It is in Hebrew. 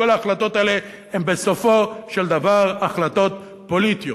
כל ההחלטות האלה הן בסופו של דבר החלטות פוליטיות,